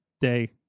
Day